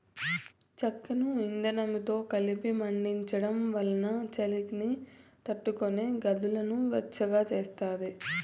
చెక్కను ఇందనంతో కలిపి మండించడం వల్ల చలిని తట్టుకొని గదులను వెచ్చగా చేస్తాది